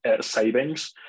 savings